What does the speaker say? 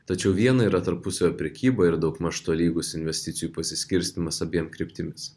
tačiau viena yra tarpusavio prekyba ir daugmaž tolygus investicijų pasiskirstymas abiem kryptimis